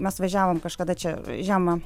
mes važiavom kažkada čia žiemą